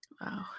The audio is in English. Wow